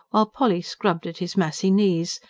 while polly scrubbed at his massy knees,